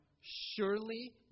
surely